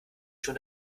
schon